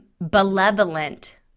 benevolent